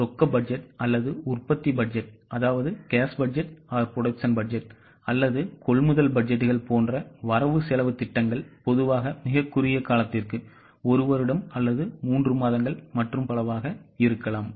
எனவே ரொக்க பட்ஜெட் அல்லது உற்பத்தி பட்ஜெட் அல்லது கொள்முதல் பட்ஜெட்டுகள் போன்ற வரவு செலவுத் திட்டங்கள் பொதுவாக மிகக் குறுகிய காலத்திற்கு 1 வருடம் அல்லது 3 மாதங்கள் மற்றும் பலவாக இருக்கலாம்